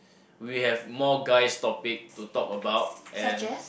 we have more guys topic to talk about and